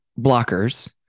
blockers